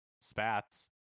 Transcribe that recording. spats